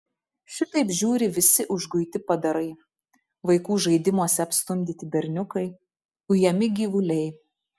šitaip žiūri visi užguiti padarai vaikų žaidimuose apstumdyti berniukai ujami gyvuliai